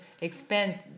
expand